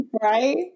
right